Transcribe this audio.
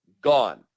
Gone